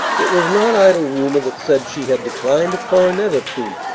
it was not idle rumor that said she had declined a coronet or two,